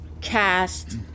cast